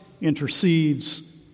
intercedes